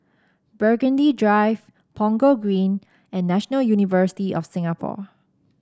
Burgundy Drive Punggol Green and National University of Singapore